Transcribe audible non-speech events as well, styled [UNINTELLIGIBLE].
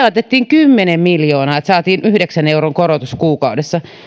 [UNINTELLIGIBLE] laitettiin kymmenen miljoonaa jotta saatiin yhdeksän euron korotus kuukaudessa